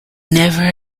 never